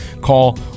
Call